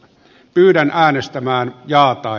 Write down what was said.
pyydän äänestämään jahtaa